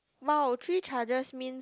!wow! three charges means